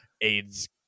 AIDS